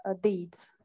deeds